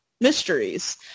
mysteries